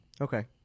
Okay